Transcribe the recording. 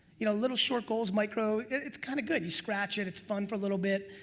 you know, little short goals, micro, it's kind of good. you scratch it, it's fun for a little bit.